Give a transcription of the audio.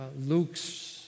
Luke's